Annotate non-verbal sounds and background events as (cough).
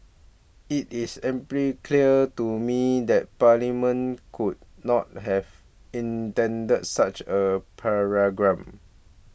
it is amply clear to me that Parliament could not have intended such a (unintelligible)